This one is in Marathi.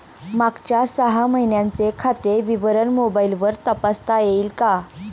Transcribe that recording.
मागच्या सहा महिन्यांचे खाते विवरण मोबाइलवर तपासता येईल का?